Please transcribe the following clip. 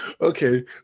okay